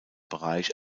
bereich